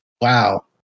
wow